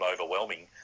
overwhelming